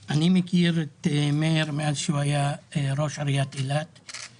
אני מכיר את מאיר מאז שהוא היה ראש עיריית אילת,